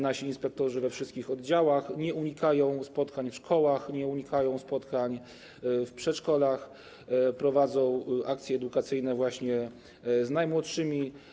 Nasi inspektorzy we wszystkich oddziałach nie unikają spotkań w szkołach, nie unikają spotkań w przedszkolach, prowadzą akcje edukacyjne właśnie z najmłodszymi.